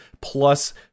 plus